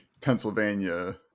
Pennsylvania